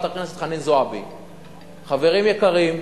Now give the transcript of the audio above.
הכנסת חנין זועבי בשבוע שעבר: חברים יקרים,